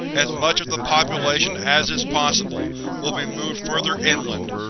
as much of the population as is possible will be moved further inland.